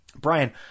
Brian